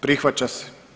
Prihvaća se.